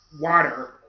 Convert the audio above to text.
water